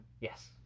Yes